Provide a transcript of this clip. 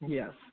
yes